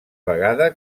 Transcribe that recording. vegada